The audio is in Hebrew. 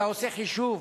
אתה עושה חישוב